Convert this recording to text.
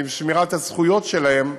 ועם שמירת הזכויות שלהם,